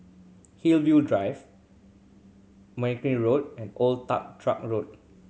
Hillview Drive Mergui Road and Old Toh Truck Road